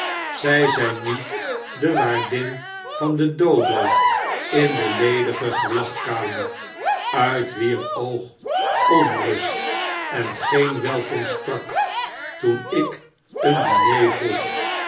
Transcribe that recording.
zy zyn niet de waardin van de dodo in de ledige gelagkamer uit wier oog onrust en geen welkom sprak toen ik een diner vroeg